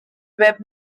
were